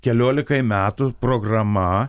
keliolikai metų programa